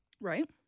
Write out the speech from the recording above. Right